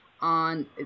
on